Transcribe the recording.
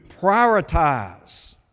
prioritize